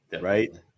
Right